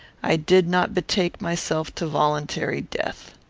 i did not betake myself to voluntary death.